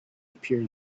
appeared